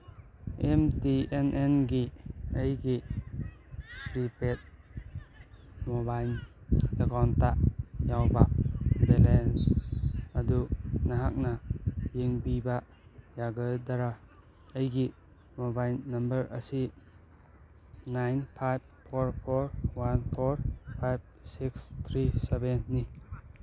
M T N ꯑꯦꯟꯒꯤ ꯑꯩꯒꯤ prepaid ꯃꯣꯕꯥꯏꯜꯟ ꯑꯦꯀꯥꯎꯟꯗ ꯌꯥꯎꯕ ꯕꯦꯂꯦꯟꯁ ꯑꯗꯨ ꯅꯍꯥꯛꯅ ꯌꯦꯡꯕꯤꯕ ꯌꯥꯒꯗ꯭ꯔꯥ ꯑꯩꯒꯤ ꯃꯣꯕꯥꯏꯟ ꯅꯝꯕꯔ ꯑꯁꯤ nine five four four one four five six three ꯁꯚꯦꯟꯅꯤ